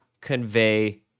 convey